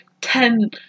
ten